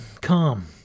come